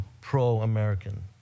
pro-American